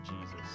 Jesus